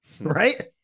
right